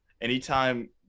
anytime